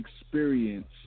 Experience